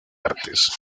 artes